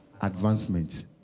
advancement